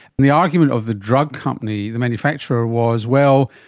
and the argument of the drug company, the manufacturer, was, well,